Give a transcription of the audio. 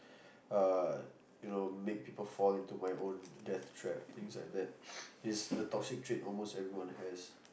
uh you know make people fall into my own death trap things like that the toxic trait almost everyone has